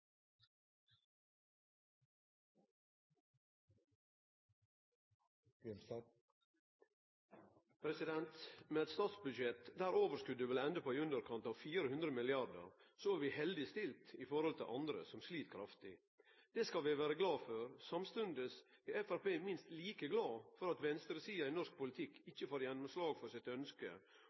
seg. Med eit statsbudsjett der overskotet vil ende opp på i underkant av 400 mrd. kr, er vi heldig stilte i forhold til andre som slit kraftig. Det skal vi være glade for. Samstundes er Framstegspartiet minst like glad for at venstresida i norsk politikk ikkje får gjennomslag for ønsket sitt